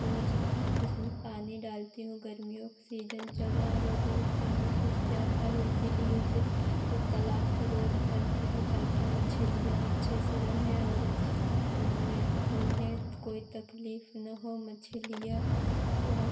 रोज़ उसमें पानी डालती हूँ गर्मियों के सीजन चल रहा है रोज़ पानी सूख जाता है इसीलिए उसे उस तलाब को रोज़ भरती हूँ ताकि मछलियाँ अच्छे से रहें और उनमें उन्हें कोई तकलीफ ना हो मछलियाँ बहुत